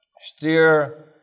steer